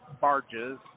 barges